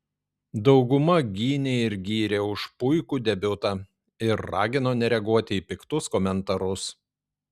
dauguma gynė ir gyrė už puikų debiutą ir ragino nereaguoti į piktus komentarus